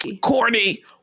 corny